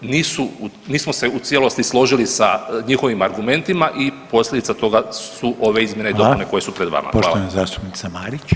Nisu, nismo se u cijelosti složili sa njihovim argumentima i posljedica toga su ove izmjene i dopune koje su pred vama.